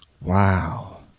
Wow